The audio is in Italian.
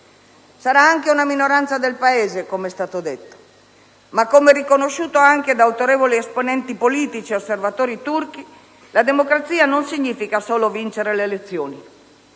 Sarà anche una minoranza nel Paese, come è stato detto, ma, come riconosciuto anche da autorevoli esponenti politici e osservatori turchi, la democrazia non significa solo vincere le elezioni.